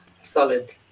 Solid